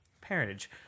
parentage